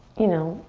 you know,